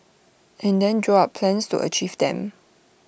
and then draw up plans to achieve them